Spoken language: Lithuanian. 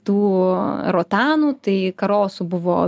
tų rotanų tai karosų buvo